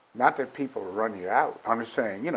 not that people'll run you out, i'm just saying, you know